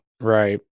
Right